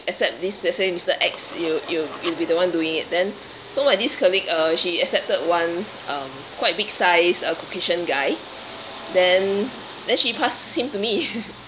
accept this let's say mister X you you you'll be the one doing it then so my this colleague uh she accepted one um quite big size uh caucasian guy then then she passed him to me